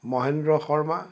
Mahendra Sharma